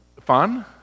fun